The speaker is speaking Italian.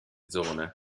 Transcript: zone